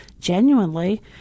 genuinely